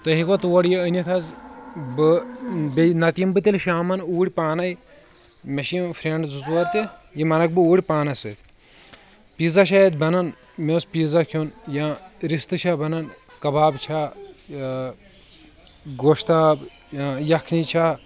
تُہۍ ہیٚکۍوا تور یہِ أنِتھ حظ بہٕ بییٚہِ نتہٕ یمہٕ بہٕ تیٚلہِ شامن اوٗرۍ پانے مےٚ چھِ یِم فرینٛڈ زٕ ژور تہِ یِم انکھ بہٕ اوٗرۍ پانس سۭتۍ پیزا چھا اتہِ بنان مےٚ اوس پیزا کھیوٚن یا رستہٕ چھا بنان یا کباب چھا گوشتاب یکھٕنۍ چھا